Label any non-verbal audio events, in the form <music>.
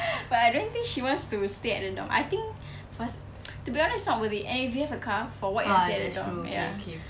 <breath> but I don't think she wants to stay at the dorm I think for us to be honest not worth it and if we have a car for what you want to stay at the dorm ya